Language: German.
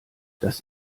das